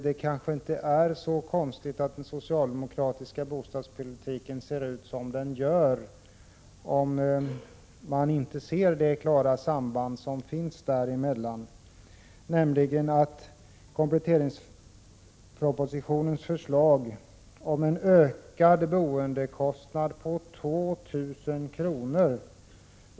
Det kanske inte är så konstigt att den socialdemokratiska bostadspolitiken ser ut som den gör, om socialdemokraterna inte ser detta klara samband. En ökning av boendekostnaden med 2 000 kr.